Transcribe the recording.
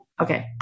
Okay